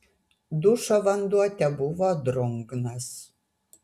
dušo vanduo tebuvo drungnas